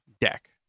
deck